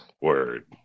Word